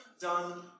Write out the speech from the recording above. done